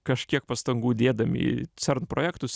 kažkiek pastangų dėdami į cern projektus